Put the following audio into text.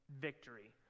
victory